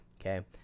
okay